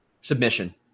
Submission